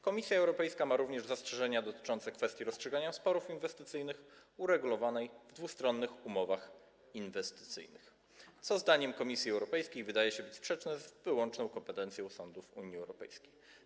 Komisja Europejska ma również zastrzeżenia dotyczące kwestii rozstrzygania sporów inwestycyjnych uregulowanej w dwustronnych umowach inwestycyjnych, co zdaniem Komisji Europejskiej wydaje się sprzeczne z wyłączną kompetencją sądów Unii Europejskiej.